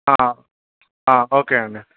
okay అండి